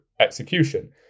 execution